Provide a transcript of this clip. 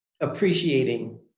appreciating